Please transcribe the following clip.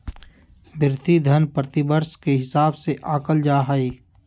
भृति धन प्रतिवर्ष के हिसाब से आँकल जा हइ